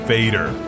Vader